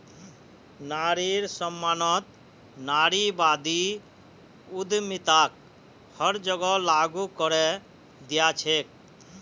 नारिर सम्मानत नारीवादी उद्यमिताक हर जगह लागू करे दिया छेक